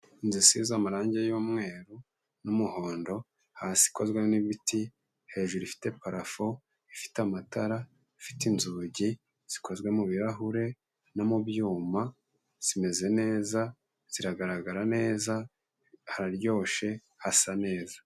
Inzu isize amarangi y'umweru n'umuhondo, hasi ikozwe n'ibiti, hejuru ifite parafu, ifite amatara, ifite inzugi, zikozwe mu birahure no mu byuma, zimeze neza, ziragaragara neza, hararyoshye hasa neza.